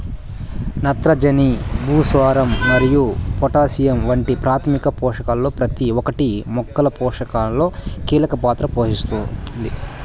నత్రజని, భాస్వరం మరియు పొటాషియం వంటి ప్రాథమిక పోషకాలలో ప్రతి ఒక్కటి మొక్కల పోషణలో కీలక పాత్ర పోషిస్తుంది